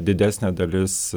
didesnė dalis